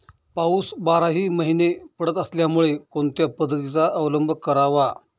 पाऊस बाराही महिने पडत असल्यामुळे कोणत्या पद्धतीचा अवलंब करावा?